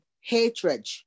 hatred